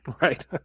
Right